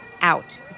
out